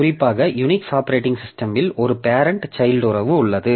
குறிப்பாக Unix operating சிஸ்டமில் ஒரு பேரெண்ட் சைல்ட் உறவு உள்ளது